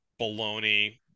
baloney